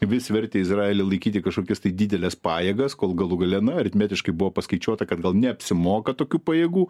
vis vertė izraelį laikyti kažkokias tai dideles pajėgas kol galų gale na aritmetiškai buvo paskaičiuota kad gal neapsimoka tokių pajėgų